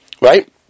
right